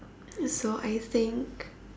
so I think